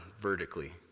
vertically